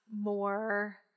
more